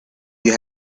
you